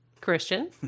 Christian